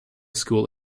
school